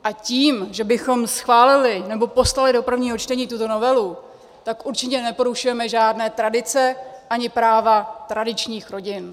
A tím, že bychom schválili nebo poslali do prvního čtení tuto novelu, tak určitě neporušujeme žádné tradice ani práva tradičních rodin.